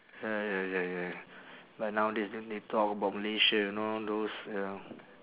ya ya ya ya but nowadays then they talk about malaysia you know those ya